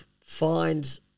find